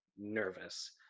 nervous